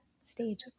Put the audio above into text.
stage